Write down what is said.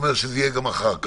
זה אומר שזה יהיה כך גם אחר כך.